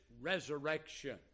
resurrection